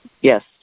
yes